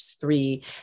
three